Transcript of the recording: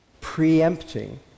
preempting